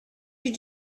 you